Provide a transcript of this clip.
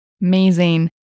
amazing